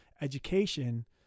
education